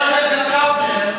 גפני, כשבעלה של האשה החרדית,